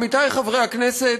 עמיתי חברי הכנסת,